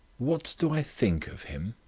what do i think of him?